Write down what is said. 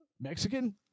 Mexican